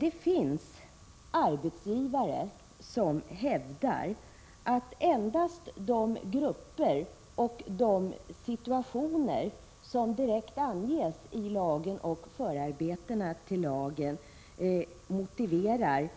Det finns arbetsgivare som hävdar att endast de grupper och de situationer som direkt anges i lagen och i förarbetena till lagen motiverar